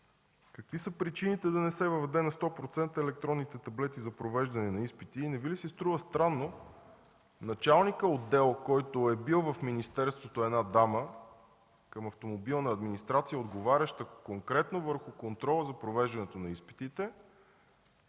Какви са причините да не се въведат на 100% електронните таблети за провеждане на изпити?